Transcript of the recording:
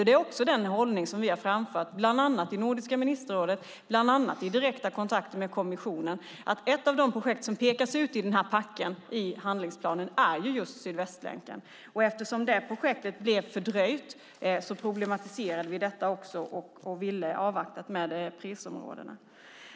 Det är också den hållning som vi har framfört i nordiska ministerrådet och i direkta kontakter med kommissionen. Sydvästlänken är ett av de projekt som har pekats ut i den här packen i handlingsplanen. Eftersom det projektet blev fördröjt problematiserade vi det och ville avvakta med prisområdena.